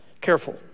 Careful